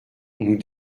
nous